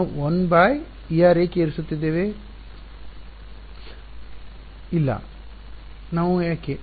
ನಾವು 1 εr ಏಕೆ ಇರಿಸುತ್ತಿದ್ದೇವೆ ವಿದ್ಯಾರ್ಥಿಇಲ್ಲ ನಾವು ಯಾಕೆ